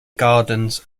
gardens